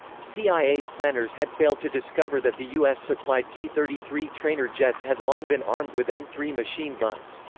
cia planners had failed to discover that the us-supplied t thirty three trainer jets had long been armed with m three machine guns.